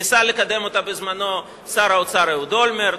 ניסה לקדם אותה בזמנו שר האוצר אהוד אולמרט,